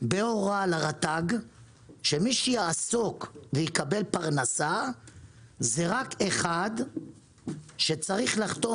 בהוראה לרט"ג שמי שיעסוק ויקבל פרנסה זה רק אחד שצריך לחתום